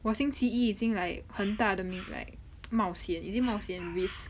我星期一已经 like 很大的 risk like 冒险 is it 冒险 risk